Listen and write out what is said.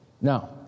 Now